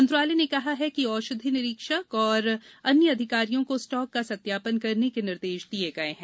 मंत्रालय ने कहा है कि औषधि निरीक्षक और अन्य अधिकारियों को स्टॉक का सत्यापन करने के निर्देश दिए गए हैं